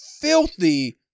filthy